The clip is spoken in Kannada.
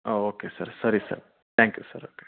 ಆಂ ಓಕೆ ಸರ್ ಸರಿ sir thank you sir okay